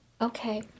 Okay